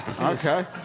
Okay